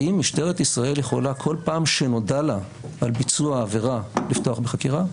האם משטרת ישראל יכולה כל פעם שנודע לה על ביצוע עבירה לפתוח בחקירה?